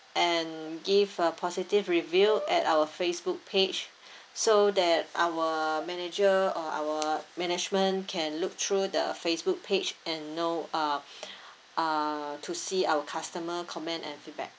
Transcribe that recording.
and give a positive review at our Facebook page so that our manager or our management can look through the Facebook page and know uh uh to see our customer comment and feedback